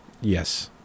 Yes